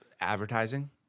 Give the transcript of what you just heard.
advertising